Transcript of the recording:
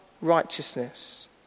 righteousness